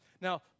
Now